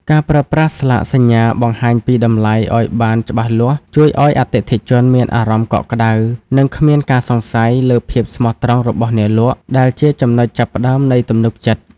ការប្រើប្រាស់ស្លាកសញ្ញាបង្ហាញពីតម្លៃឱ្យបានច្បាស់លាស់ ជួយឱ្យអតិថិជនមានអារម្មណ៍កក់ក្ដៅ និងគ្មានការសង្ស័យលើភាពស្មោះត្រង់របស់អ្នកលក់ ដែលជាចំណុចចាប់ផ្ដើមនៃទំនុកចិត្ត។